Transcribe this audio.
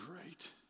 great